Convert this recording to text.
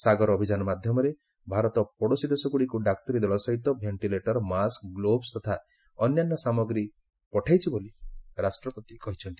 ସାଗର ଅଭିଯାନ ମାଧ୍ୟମରେ ଭାରତ ପଡୋଶୀ ଦେଶଗୁଡିକୁ ଡାକ୍ତରୀ ଦଳ ସହିତ ଭେଷ୍ଟିଲେଟର ମାସ୍କ ଗ୍ଲୋଭସ ତଥା ଅନ୍ୟାନ୍ୟ ଚିକିତ୍ସା ସାମଗ୍ରୀ ପଠାଇଛି ବୋଲି ରାଷ୍ଟ୍ରପତି କହିଛନ୍ତି